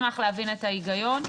אשמח להבין את ההיגיון.